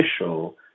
official